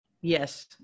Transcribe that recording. Yes